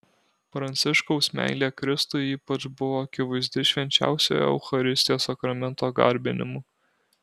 pranciškaus meilė kristui ypač buvo akivaizdi švenčiausiojo eucharistijos sakramento garbinimu